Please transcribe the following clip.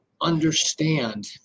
understand